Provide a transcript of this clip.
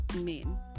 men